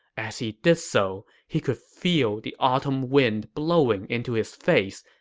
as he did so, he could feel the autumn wind blowing into his face,